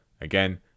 Again